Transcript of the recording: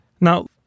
Now